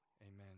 Amen